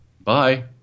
Bye